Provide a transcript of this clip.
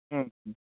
ᱦᱩᱸ ᱦᱩᱸ